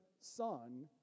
son